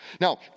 Now